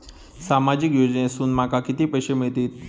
सामाजिक योजनेसून माका किती पैशे मिळतीत?